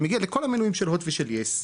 שמגיע לכל המנויים של HOT ושל YES,